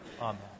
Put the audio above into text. Amen